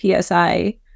PSI